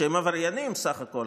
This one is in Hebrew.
שהם עבריינים בסך הכול,